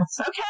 Okay